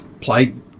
played